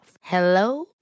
Hello